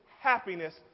happiness